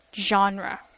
genre